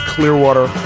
Clearwater